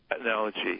analogy